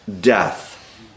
death